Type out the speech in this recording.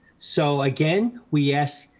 so again, we ask,